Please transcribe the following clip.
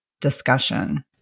discussion